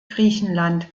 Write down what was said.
griechenland